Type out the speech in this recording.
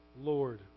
Lord